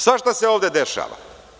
Svašta se ovde dešava.